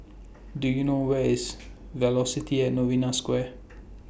Do YOU know Where IS Velocity At Novena Square